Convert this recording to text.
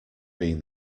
being